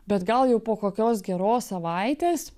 bet gal jau po kokios geros savaitės